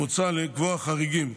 מוצע לקבוע חריגים,